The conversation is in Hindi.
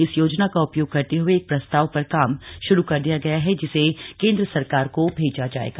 इस योजना का उपयोग करते हए एक प्रस्ताव पर काम श्रू कर दिया गया है जिसे केंद्र सरकार को भेजा जाएगा